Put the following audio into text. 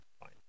fine